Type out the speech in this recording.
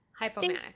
Hypomanic